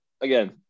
again